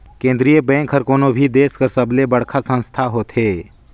केंद्रीय बेंक हर कोनो भी देस कर सबले बड़खा संस्था होथे